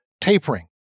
tapering